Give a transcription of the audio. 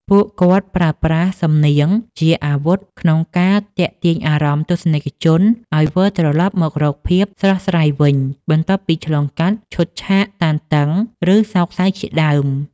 ពួកគាត់ប្រើប្រាស់សំនៀងជាអាវុធក្នុងការទាក់ទាញអារម្មណ៍ទស្សនិកជនឱ្យវិលត្រឡប់មករកភាពស្រស់ស្រាយវិញ បន្ទាប់ពីឆ្លងកាត់ឈុតឆាកតានតឹង ឬសោកសៅជាដើម។